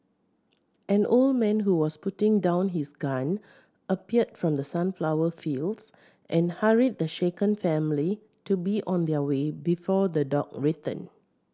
an old man who was putting down his gun appeared from the sunflower fields and hurried the shaken family to be on their way before the dog return